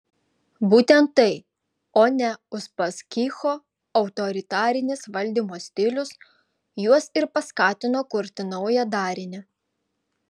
būtent tai o ne uspaskicho autoritarinis valdymo stilius juos ir paskatino kurti naują darinį